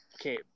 Okay